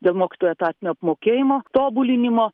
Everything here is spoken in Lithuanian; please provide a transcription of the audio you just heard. dėl mokytojų etatinio apmokėjimo tobulinimo